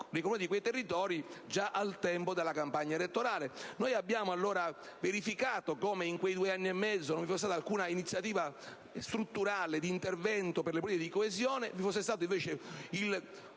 di quei territori già al tempo della campagna elettorale. Noi abbiamo allora verificato come in quei due anni e mezzo non vi fosse stata alcuna iniziativa strutturale e d'intervento per le politiche di coesione e vi fosse stato invece